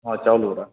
ହଁ ଚାଉଳ ବରା